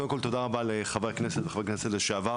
קודם כל תודה רבה לחברי הכנסת ולחברי הכנסת לשעבר.